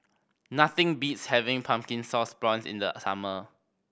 nothing beats having Pumpkin Sauce Prawns in the summer